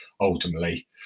ultimately